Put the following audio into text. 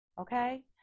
okay